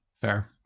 Fair